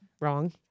wrong